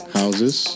houses